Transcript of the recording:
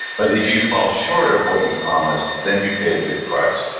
but if you fall short of what you promised, then you pay a big price.